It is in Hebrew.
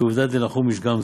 כעובדא דנחום איש גם זו.